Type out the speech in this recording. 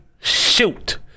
shoot